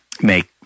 make